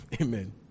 amen